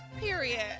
period